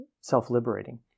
self-liberating